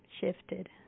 shifted